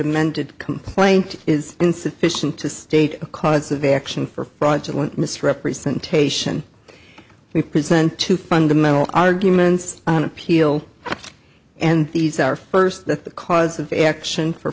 amended complaint is insufficient to state a cause of action for fraudulent misrepresentation we present two fundamental arguments on appeal and these are first that the cause of action for